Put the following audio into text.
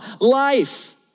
Life